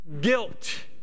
guilt